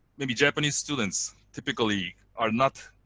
maybe japanese students typically are not